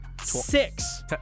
Six